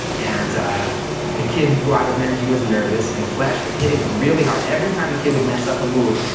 and the kid who i was managing was nervous. and flash was hitting him really hard, every time the kid would mess up a move,